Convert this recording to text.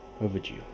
overdue